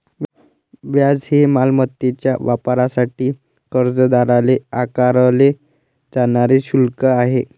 व्याज हे मालमत्तेच्या वापरासाठी कर्जदाराला आकारले जाणारे शुल्क आहे